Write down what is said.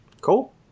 Cool